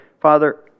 Father